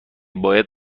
باید